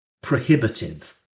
prohibitive